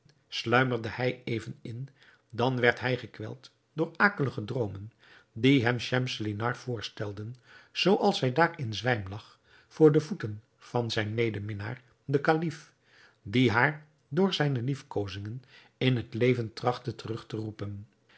sluimerde hij even in dan werd hij gekweld door akelige droomen die hem schemselnihar voorstelden zooals zij daar in zwijm lag voor de voeten van zijn medeminnaar den kalif die haar door zijne liefkozingen in het leven trachtte terug te roepen